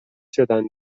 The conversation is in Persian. شدن